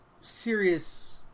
serious